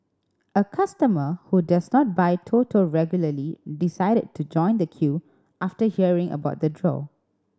a customer who does not buy Toto regularly decided to join the queue after hearing about the draw